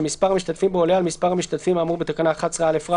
שמספר המשתתפים בו עולה על מספר המשתתפים האמור בתקנה 11א(ב)